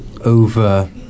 over